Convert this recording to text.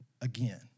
again